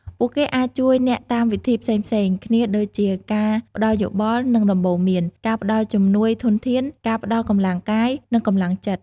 ពួកគេអាចជួយអ្នកតាមវិធីផ្សេងៗគ្នាដូចជា ការផ្តល់យោបល់ និងដំបូន្មាន ការផ្តល់ជំនួយធនធាន ការផ្តល់កម្លាំងកាយ និងកម្លាំងចិត្ត។